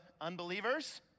unbelievers